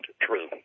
true